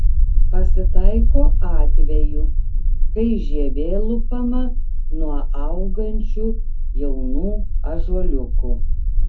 pasitaiko atvejų kai žievė lupama nuo augančių jaunų ąžuoliukų